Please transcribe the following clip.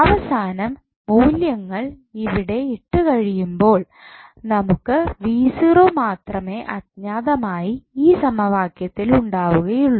അവസാനം മൂല്യങ്ങൾ ഇവിടെ ഇട്ടു കഴിയുമ്പോൾ നമുക്ക് മാത്രമേ അജ്ഞാതമായി ഈ സമവാക്യത്തിൽ ഉണ്ടാവുകയുള്ളൂ